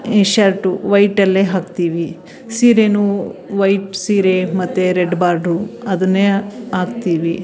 shirt ವೈಟಲ್ಲೆ ಹಾಕ್ತೀವಿ ಸೀರೆಯೂ ವೈಟ್ ಸೀರೆ ಮತ್ತು ರೆಡ್ ಬಾರ್ಡ್ರು ಅದನ್ನೇ ಹಾಕ್ತೀವಿ